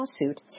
lawsuit